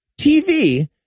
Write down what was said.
TV